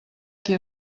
qui